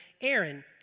Aaron